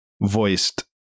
voiced